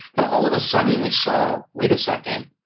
and all of a sudden we saw, wait a second,